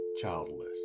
childless